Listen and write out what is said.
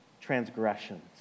transgressions